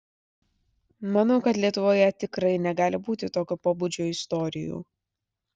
manau kad lietuvoje tikrai negali būti tokio pobūdžio istorijų